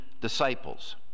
disciples